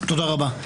תודה רבה.